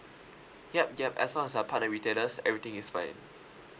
yup yup as long as a part of retailers everything is fine